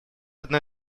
одной